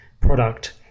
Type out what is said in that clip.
product